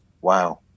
wow